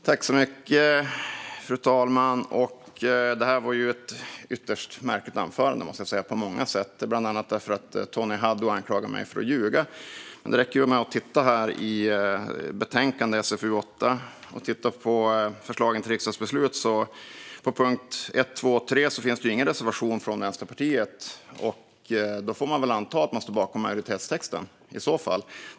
Fru talman! Det här var ett ytterst märkligt anförande på många sätt, måste jag säga. Bland annat anklagade Tony Haddou mig för att ljuga. Det räcker ju att titta i betänkandet SfU8 och titta på förslagen till riksdagsbeslut: Under punkterna 1, 2 och 3 finns det ingen reservation från Vänsterpartiet. Då får man väl anta att Vänsterpartiet står bakom majoritetstexten.